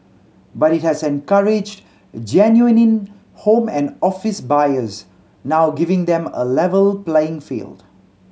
but it has encouraged genuine home and office buyers now giving them a level playing field